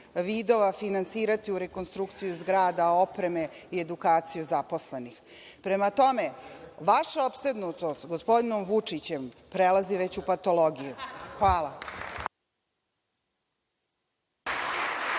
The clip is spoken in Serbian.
vidova finansirati u rekonstrukciju zgrada, opreme i edukaciju zaposlenih. Prema tome, vaša opsednutost gospodinom Vučićem prelazi već u patologiju. Hvala.(Boško